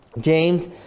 James